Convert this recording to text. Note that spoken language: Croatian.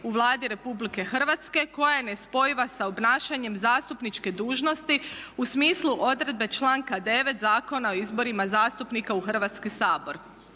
u Vladi RH koja je nespojiva s obnašanjem zastupničke dužnosti u smislu odredbe članka 9. Zakona o izborima zastupnika u Hrvatski sabor.